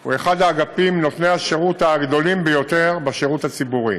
הוא אחד האגפים נותני השירות הגדולים ביותר בשירות הציבורי.